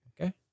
Okay